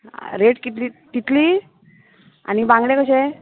rate कितली कितली आनी बांगडे कशे